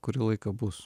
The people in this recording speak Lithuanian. kurį laiką bus